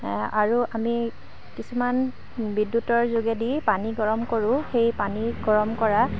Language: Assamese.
আৰু আমি কিছুমান বিদ্যুতৰ যোগেদি পানী গৰম কৰোঁ সেই পানী গৰম কৰা